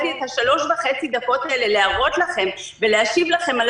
לי את השלוש דקות וחצי האלה להראות לכם ולהשיב לכם על